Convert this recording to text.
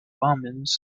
omens